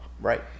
Right